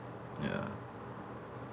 ya